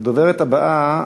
הדוברת הבאה,